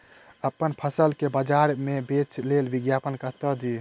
अप्पन फसल केँ बजार मे बेच लेल विज्ञापन कतह दी?